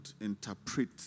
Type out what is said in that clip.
interpret